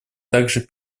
также